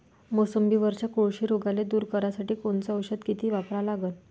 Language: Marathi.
मोसंबीवरच्या कोळशी रोगाले दूर करासाठी कोनचं औषध किती वापरा लागन?